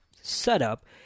setup